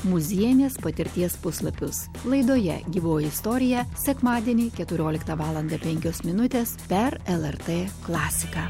muziejinės patirties puslapius laidoje gyvoji istorija sekmadienį keturioliktą valandą penkios minutės per lrt klasiką